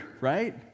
right